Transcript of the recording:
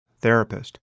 therapist